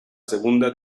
segunda